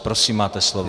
Prosím, máte slovo.